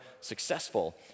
successful